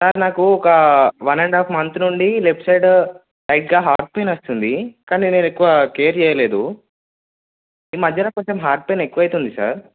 sir నాకు ఒక one and half month నుండి లెఫ్ట్ సైడ్ లైట్గా హార్ట్ పెయిన్ వస్తుంది కానీ నేను ఎక్కువ కేర్ చేయలేదు ఈ మధ్యన కొంచెం హార్ట్ పెయిన్ ఎక్కువ అవుతుంది సార్